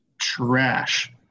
trash